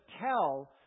tell